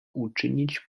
uczynić